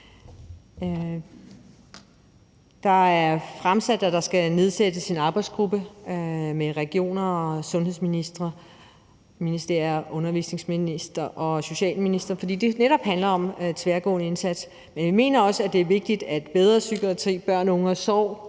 Det er fremført, at der skal nedsættes en arbejdsgruppe med regionerne, sundhedsministeren, undervisningsministeren og socialministeren, fordi det netop handler om en tværgående indsats. Men jeg mener også, at det er vigtigt, at bl.a. Bedre Psykiatri og Børn, Unge & Sorg